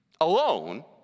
alone